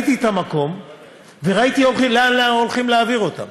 וראיתי את המקום וראיתי לאן הולכים להעביר אותם.